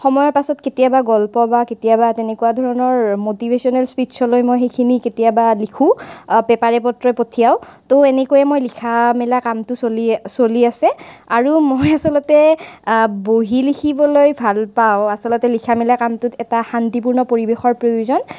সময়ৰ পাছত কেতিয়াবা গল্প বা কেতিয়াবা তেনেকুৱা ধৰণৰ ম'টিভেশ্বনেল স্পীচ্ছলৈ মই সেইখিনি কেতিয়াবা লিখোঁ পেপাৰে পত্ৰই পঠিয়াওঁ তো এনেকৈয়ে মই লিখা মেলা কামটো চলি চলি আছে আৰু মই আচলতে বহি লিখিবলৈ ভাল পাওঁ আচলতে লিখা মেলা কামটোত এটা শান্তিপূৰ্ণ পৰিৱেশৰ প্ৰয়োজন